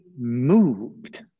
moved